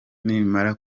nimara